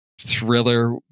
Thriller